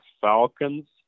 Falcons